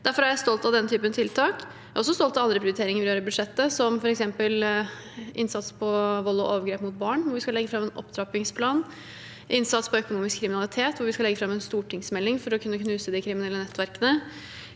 Derfor er jeg stolt av den typen tiltak. Jeg er også stolt av andre prioriteringer vi gjør i budsjettet, som f.eks. innsats mot vold og overgrep mot barn, hvor vi skal legge fram en opptrappingsplan, innsats mot økonomisk kriminalitet, hvor vi skal legge fram en stortingsmelding for å kunne knuse de kriminelle nettverkene,